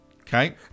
Okay